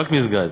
רק מסגד.